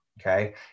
Okay